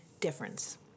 difference